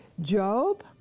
Job